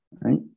right